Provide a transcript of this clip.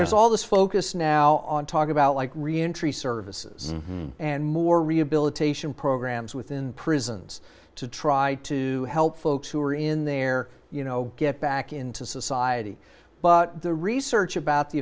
there's all this focus now on talk about like reentry services and more rehabilitation programs within prisons to try to help folks who are in there you know get back into society but the research about the